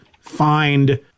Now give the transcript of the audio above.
find